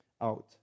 out